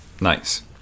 Nice